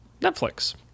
Netflix